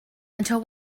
until